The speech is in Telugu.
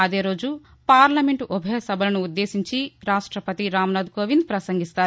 అదేరోజు పార్లమెంటు ఉ భయసభలను ఉద్దేశించి రాష్ట్రపతి రాంనాథ్ కోవింద్ పసంగిస్తారు